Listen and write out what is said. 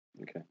Okay